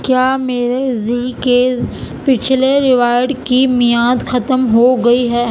کیا میرے زی کے پچھلے ریوارڈ کی میعاد ختم ہو گئی ہے